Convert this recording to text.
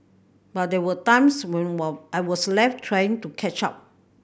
but there were times when I was left trying to catch up